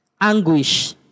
Anguish